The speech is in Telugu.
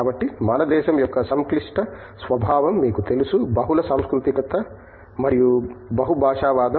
కాబట్టి మన దేశం యొక్క సంక్లిష్ట స్వభావం మీకు తెలుసు బహుళ సాంస్కృతికత మరియు బహుభాషావాదం